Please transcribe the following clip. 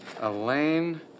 Elaine